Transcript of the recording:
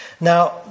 Now